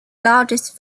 largest